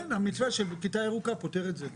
כן, המתווה של כיתה ירוקה פותר את זה.